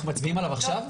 אנחנו מצביעים עליו עכשיו?